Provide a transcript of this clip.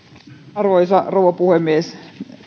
arvoisa rouva puhemies